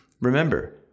Remember